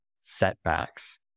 setbacks